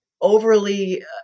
overly